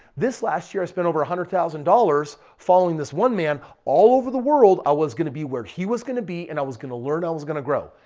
this last year, i spent over one hundred thousand dollars following this one man all over the world. i was going to be where he was going to be and i was going to learn i was going to grow.